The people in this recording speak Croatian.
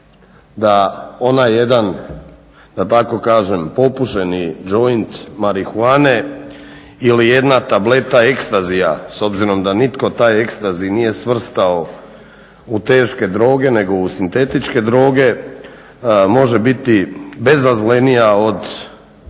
da onaj jedan, da tako kažem popušeni joint marihuane ili jedna tableta ekstazija, s obzirom da nitko taj ekstazi nije svrstao u teške droge, nego u sintetičke droge, može biti bezazlenija od